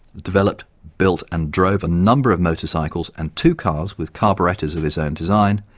developed, built and drove a number of motorcycles and two cars with carburettors of his own design,